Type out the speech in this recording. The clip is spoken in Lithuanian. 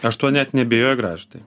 aš tuo net neabejoju gražvydai